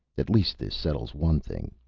at least this settles one thing.